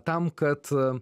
tam kad